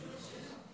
כבוד היושב-ראש,